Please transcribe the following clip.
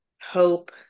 hope